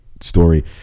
story